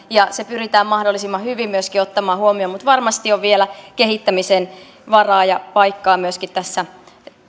ja se pyritään mahdollisimman hyvin myöskin ottamaan huomioon mutta varmasti on vielä kehittämisen varaa ja paikkaa myöskin tässä